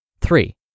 Three